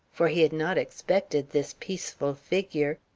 for he had not expected this peaceful figure,